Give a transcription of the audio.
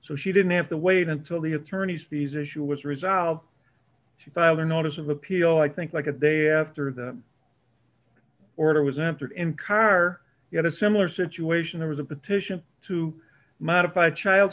so she didn't have to wait until the attorney's fees issue was resolved she filed a notice of appeal i think like a day after the order was entered in car you had a similar situation there was a petition to modify child